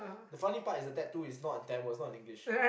the funny part is that the tattoo is not in Tamil it's not in English